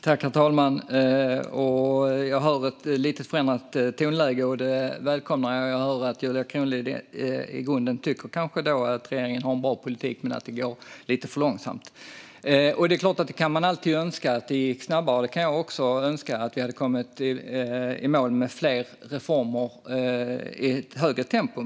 Herr talman! Jag hör ett lite förändrat tonläge, och det välkomnar jag. Jag hör att Julia Kronlid kanske tycker att regeringen i grunden har en bra politik men att det går lite för långsamt. Det är klart att man alltid kan önska att det gick snabbare. Det kan jag också önska - att vi hade kommit i mål med fler reformer i ett högre tempo.